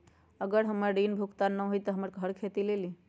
अगर हमर ऋण न भुगतान हुई त हमर घर खेती लेली?